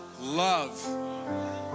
Love